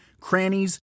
crannies